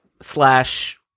slash